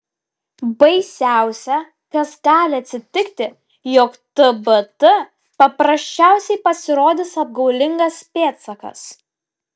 baisiausia kas gali atsitikti jog tbt paprasčiausiai pasirodys apgaulingas pėdsakas